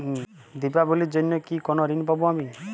দীপাবলির জন্য কি কোনো ঋণ পাবো আমি?